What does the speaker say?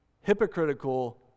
hypocritical